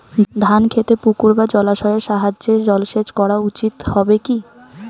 ধান খেতে পুকুর বা জলাশয়ের সাহায্যে জলসেচ করা উচিৎ হবে কি?